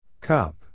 Cup